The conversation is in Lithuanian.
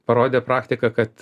parodė praktika kad